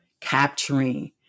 capturing